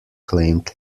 claimed